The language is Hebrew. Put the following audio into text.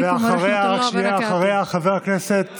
ואחריה, חבר הכנסת